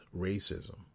racism